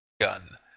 gun